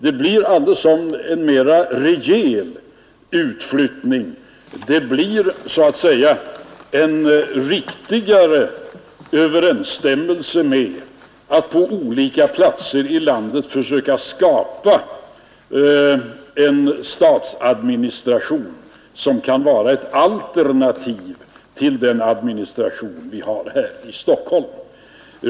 Det blir då en mera rejäl utflyttning, det blir så att säga en riktigare överensstämmelse med att på olika platser i landet försöka skapa en statlig administration som kan vara ett alternativ till den administration vi har här i Stockholm.